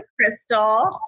Crystal